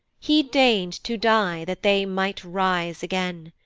he deign'd to die that they might rise again,